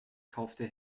kaufte